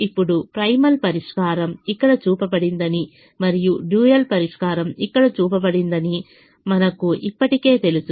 ఇప్పుడు ప్రిమాల్ పరిష్కారం ఇక్కడ చూపించబడిందని మరియు డ్యూయల్ పరిష్కారం ఇక్కడ చూపబడిందని మనకు ఇప్పటికే తెలుసు